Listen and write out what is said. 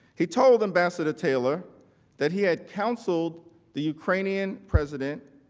he told ambassador taylor that he had counseled the ukrainian president